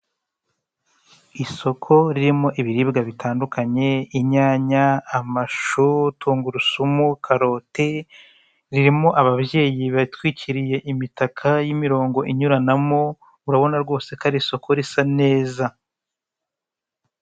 Isoko ririmo ibiribwa bitandukanye, inyanya, amashu, tungurusumu, karoti, ririmo ababyeyi bitwikiriye imitaka y'imirongo inyuranamo, urabona rwose ko ari isoko risa neza.